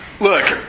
look